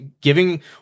giving